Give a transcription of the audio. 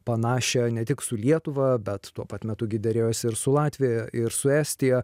panašią ne tik su lietuva bet tuo pat metu gi derėjosi ir su latvija ir su estija